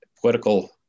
political